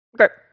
Okay